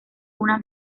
una